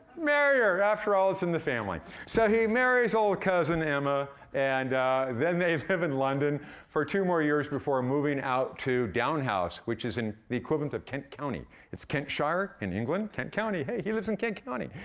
marry her after all, it's in the family. so he marries ol' cousin emma and then they live in london for two more years before moving out to down house, which is in the equivalent of kent county. it's kentshire in england. kent county hey, he lives in kent county!